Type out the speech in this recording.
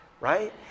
right